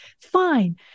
fine